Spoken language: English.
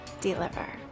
deliver